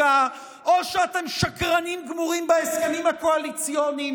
החקיקה או שאתם שקרנים גמורים בהסכמים הקואליציוניים.